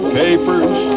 papers